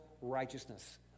righteousness